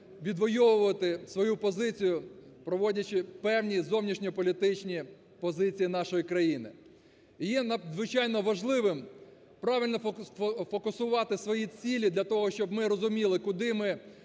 відвойовувати свою позицію, проводячи певні зовнішньополітичні позиції нашої країни. І є надзвичайно важливим правильно фокусувати свої цілі для того, щоб ми розуміли, куди ми